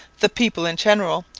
the people in general,